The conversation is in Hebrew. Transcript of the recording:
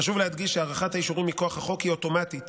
חשוב להדגיש שהארכת האישורים מכוח החוק היא אוטומטית